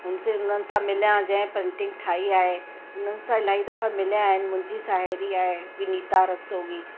उनसे उन्हनि सां मिलियां जें पेंटिंग ठाही आहे उन्हनि सां इलाही दफ़ा मिलिया आहिनि मुंहिंजी साहेड़ी आहे विनीता रस्तोगी